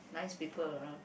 nice people around